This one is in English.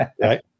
Right